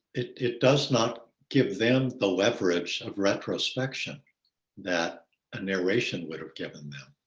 it does not give them the leverage of retrospection that a narration would have given them.